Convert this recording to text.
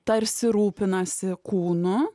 tarsi rūpinasi kūnu